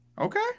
Okay